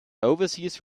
overseas